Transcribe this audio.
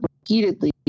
repeatedly